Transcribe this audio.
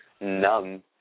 numb